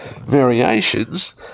variations